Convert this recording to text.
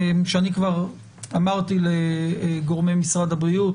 שאני כבר אמרתי לגורמי משרד הבריאות,